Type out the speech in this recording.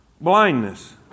blindness